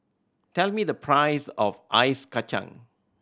tell me the price of Ice Kachang